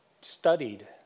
studied